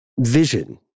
vision